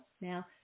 now